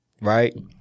right